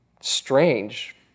strange